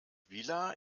vila